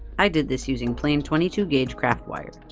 i did this using plain twenty two gauge craft wire.